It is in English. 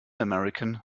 american